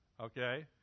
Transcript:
okay